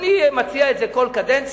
אני מציע את זה כל קדנציה,